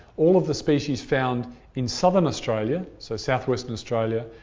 all of the species found in southern australia so south-western australia,